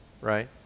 Right